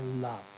love